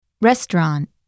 Restaurant